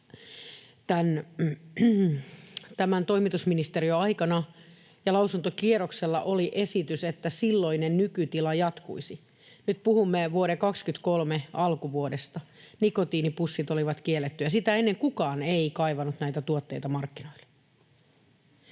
tämän toimitusministeristön aikana, ja lausuntokierroksella oli esitys, että silloinen nykytila jatkuisi. Nyt puhumme vuoden 23 alkuvuodesta, jolloin nikotiinipussit olivat kiellettyjä. Sitä ennen kukaan ei kaivannut näitä tuotteita markkinoille.